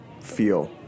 feel